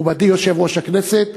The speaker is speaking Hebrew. מכובדי יושב-ראש הכנסת,